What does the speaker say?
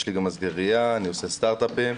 יש לי מסגריה ואני עושה גם סטארט אפים.